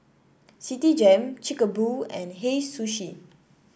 Citigem Chic A Boo and Hei Sushi